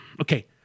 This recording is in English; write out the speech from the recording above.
okay